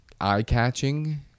Eye-catching